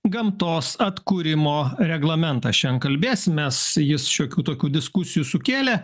gamtos atkūrimo reglamentą šiandien kalbėsimės jis šiokių tokių diskusijų sukėlė